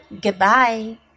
goodbye